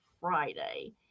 Friday